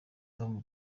tom